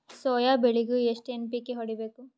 Soya ಬೆಳಿಗಿ ಎಷ್ಟು NPK ಹೊಡಿಬೇಕು?